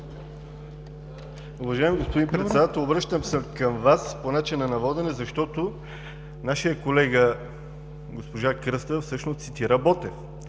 Уважаеми господин Председател, обръщам се към Вас по начина на водене, защото нашият колега госпожа Кръстева всъщност цитира Ботев,